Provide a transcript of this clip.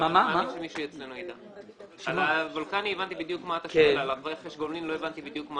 מכון וולקני הבנתי אבל לגבי רכש גומלין לא הבנתי.